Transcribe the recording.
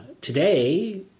Today